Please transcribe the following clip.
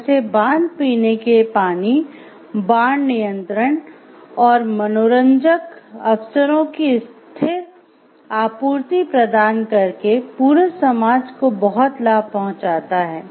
जैसे बांध पीने के पानी बाढ़ नियंत्रण और मनोरंजक अवसरों की स्थिर आपूर्ति प्रदान करके पूरे समाज को बहुत लाभ पहुंचाता है